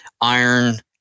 iron